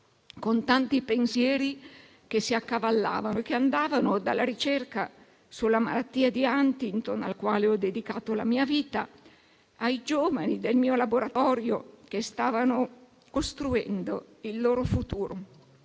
con tanti pensieri che si accavallavano e che andavano dalla ricerca sulla malattia di Huntington, alla quale ho dedicato la mia vita, ai giovani del mio laboratorio, che stavano costruendo il loro futuro,